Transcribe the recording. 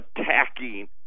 attacking